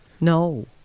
No